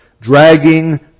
dragging